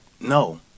no